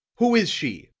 who is she?